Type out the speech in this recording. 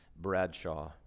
Bradshaw